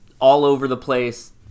all-over-the-place